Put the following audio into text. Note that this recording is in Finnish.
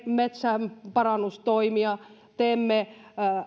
metsänparannustoimia teemme